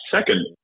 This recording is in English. Second